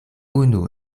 unu